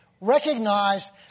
recognize